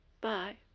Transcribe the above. Bye